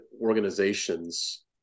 organizations